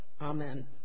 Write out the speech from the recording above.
Amen